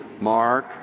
Mark